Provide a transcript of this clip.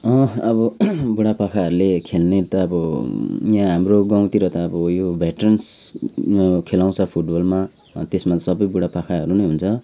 अब बुडापाकाहरूले खेल्ने त अब यहाँ हाम्रो गाउँतिर त अब यो भेट्रेन्स खेलाउँछ फुटबलमा अन्त त्यसमा सबै बुडापाकाहरू नै हुन्छ